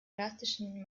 drastischen